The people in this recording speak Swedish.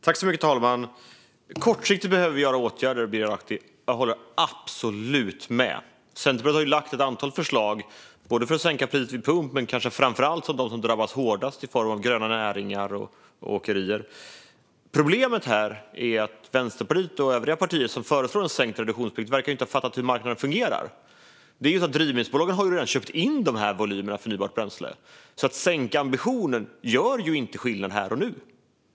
Fru talman! Kortsiktigt behöver vi vidta åtgärder, Birger Lahti. Jag håller absolut med om det. Centerpartiet har lagt fram ett antal förslag både för att sänka pris vid pump och, kanske framför allt, för dem som drabbas hårdast - gröna näringar och åkerier. Problemet här är att Vänsterpartiet och andra partier som föreslår en sänkt reduktionsplikt inte verkar ha fattat hur marknaden fungerar. Drivmedelsbolagen har ju redan köpt in de här volymerna förnybart bränsle, så sänkta ambitioner gör ingen skillnad här och nu.